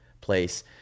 place